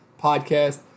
Podcast